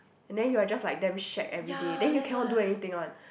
and then you are just like damn shag everyday then you cannot do anything one